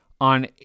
on